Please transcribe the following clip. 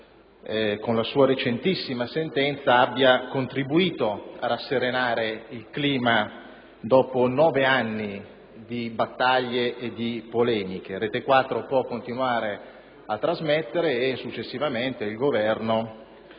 con la sua recentissima sentenza, abbia contribuito a rasserenare il clima, dopo 9 anni di battaglie e di polemiche: Retequattro può continuare a trasmettere e, successivamente, il Governo